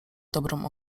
dobrą